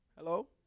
Hello